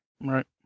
Right